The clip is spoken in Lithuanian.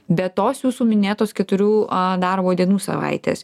be tos jūsų minėtos keturių a darbo dienų savaitės